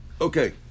Okay